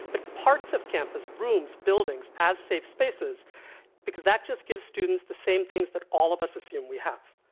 but parts of campus, rooms, buildings, as safe spaces because that just gives students the same things that all of us assume we have.